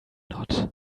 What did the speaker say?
not